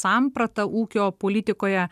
samprata ūkio politikoje